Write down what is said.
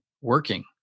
working